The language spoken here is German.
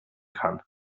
kann